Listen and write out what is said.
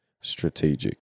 strategic